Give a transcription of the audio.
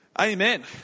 amen